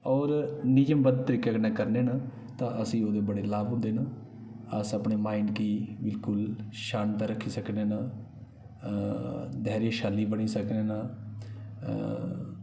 होर नियमबद्ध तरीके कन्नै करने न तां असें ई ओह्दे बड़े लाभ होंदे न अस अपने माइंड गी बिलकुल शांत रक्खी सकने न धेर्येशाली बनी सकने न हां